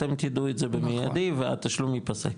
אתם תדעו את זה במיידית והתשלום יפסק.